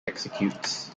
executes